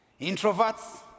introverts